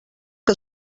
que